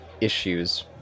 issues